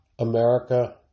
America